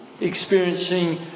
experiencing